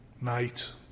night